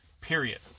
period